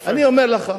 יפה, אני אומר לך,